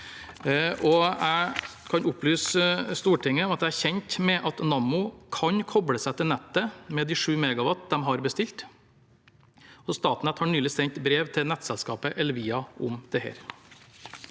jeg kan opplyse Stortinget om at jeg er kjent med at Nammo kan koble seg til nettet med de 7 MW de har bestilt. Statnett har nylig sendt brev til nettselskapet Elvia om dette.